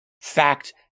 fact